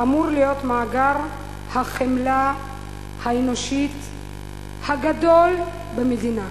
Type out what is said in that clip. אמור להיות מאגר החמלה האנושית הגדול במדינה.